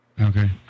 Okay